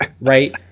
Right